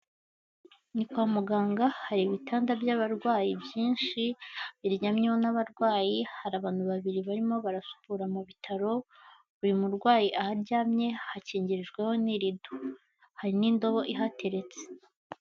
Ni kwa muganga hari ibitanda by'abarwayi byinshi biryamyeho n'abarwayi, hari abantu babiri barimo barasukura mu bitaro, uyu murwayi aho aryamye hakingirijweho n'irido, hari n'indobo ihateretse.